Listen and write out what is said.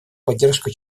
поддержку